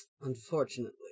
Unfortunately